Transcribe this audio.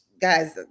guys